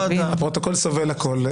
תודה רבה, הפרוטוקול סובל הכול.